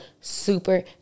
super